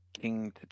king